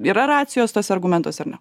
yra racijos tuose argumentuose ar ne